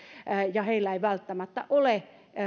ja heillä ei välttämättä ole